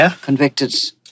convicted